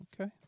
Okay